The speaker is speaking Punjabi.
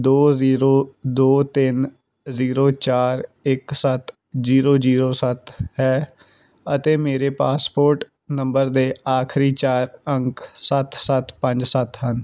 ਦੋ ਜ਼ੀਰੋ ਦੋ ਤਿੰਨ ਜ਼ੀਰੋ ਚਾਰ ਇੱਕ ਸੱਤ ਜ਼ੀਰੋ ਜ਼ੀਰੋ ਸੱਤ ਹੈ ਅਤੇ ਮੇਰੇ ਪਾਸਪੋਰਟ ਨੰਬਰ ਦੇ ਆਖਰੀ ਚਾਰ ਅੰਕ ਸੱਤ ਸੱਤ ਪੰਜ ਸੱਤ ਹਨ